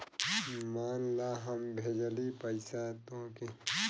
मान ला हम भेजली पइसा तोह्के